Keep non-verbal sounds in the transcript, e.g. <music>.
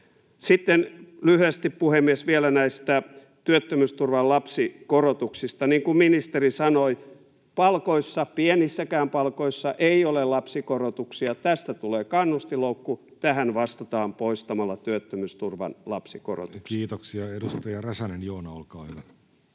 Sitten lyhyesti, puhemies, vielä näistä työttömyysturvan lapsikorotuksista. Niin kuin ministeri sanoi, palkoissa — pienissäkään palkoissa — ei ole lapsikorotuksia. <noise> Tästä tulee kannustinloukku. Tähän vastataan poistamalla työttömyysturvan lapsikorotuksia. [Speech 66] Speaker: Jussi Halla-aho